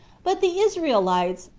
but the israelites,